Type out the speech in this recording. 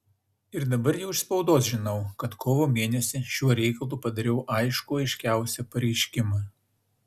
ir dabar jau iš spaudos žinau kad kovo mėnesį šiuo reikalu padariau aiškų aiškiausią pareiškimą